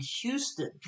Houston